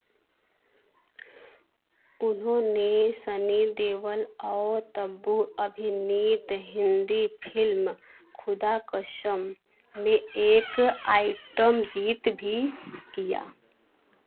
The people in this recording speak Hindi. उन्होंने सनी देवल और तब्बू अभिनीत हिंदी फिल्म खुदा कसम में एक आइटम गीत भी किया